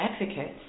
advocates